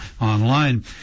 online